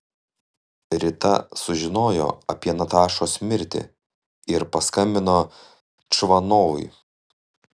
rita sužinojo apie natašos mirtį ir paskambino čvanovui